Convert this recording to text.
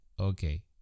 okay